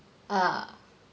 ugh